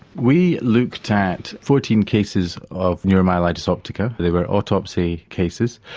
we looked at fourteen cases of neuromyelitis optica they were autopsy cases.